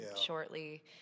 shortly